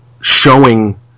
showing